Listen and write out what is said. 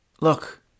Look